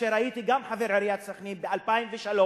כשהייתי חבר עיריית סח'נין ב-2003,